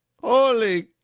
holy